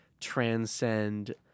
transcend